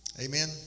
Amen